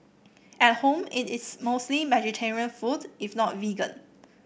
at home it is mostly vegetarian food if not vegan